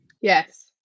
yes